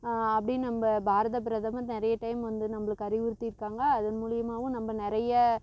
அப்படின் நம்ப பாரத பிரதமர் நிறைய டைம் வந்து நம்பளுக்கு அறிவுறுத்திருக்காங்க அதன் மூலியமாகவும் நம்ப நிறைய